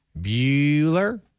Bueller